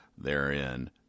therein